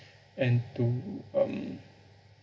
and to um